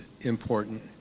important